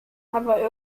aber